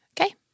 Okay